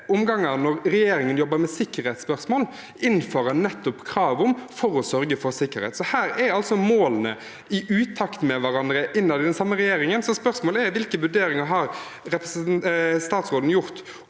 tilfeller, når regjeringen jobber med sikkerhetsspørsmål, innfører krav om for å sørge for sikkerhet. Her er målene i utakt med hverandre innad i den samme regjeringen. Så spørsmålet er: Hvilke vurderinger har statsråden gjort